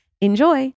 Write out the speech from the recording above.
Enjoy